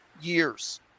years